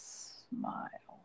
smile